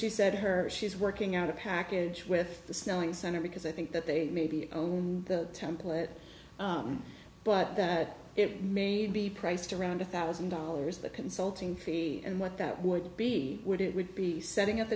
she said her she's working out a package with the selling center because i think that they maybe own the template but that it may be priced around a thousand dollars the consulting fee and what that would be would it would be setting up